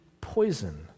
poison